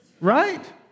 right